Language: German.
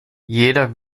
jeder